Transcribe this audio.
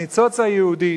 הניצוץ היהודי,